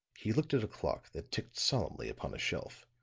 he looked at a clock that ticked solemnly upon a shelf.